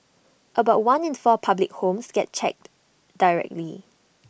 about one in four public homes gets checked directly